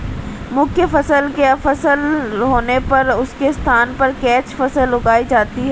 मुख्य फसल के असफल होने पर उसके स्थान पर कैच फसल उगाई जाती है